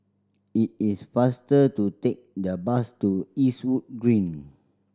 it is faster to take the bus to Eastwood Green